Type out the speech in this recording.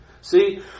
See